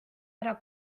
ära